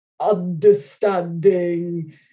understanding